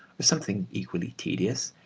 or something equally tedious,